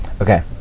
Okay